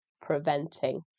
preventing